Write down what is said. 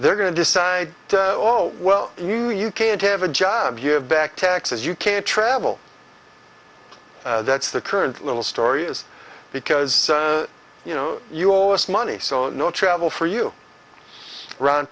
they're going to decide oh well you you can't have a job you have back taxes you can't travel that's the current little story is because you know you all this money so no travel for you ron